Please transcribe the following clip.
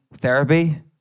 therapy